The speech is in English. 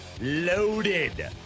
Loaded